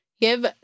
Give